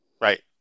Right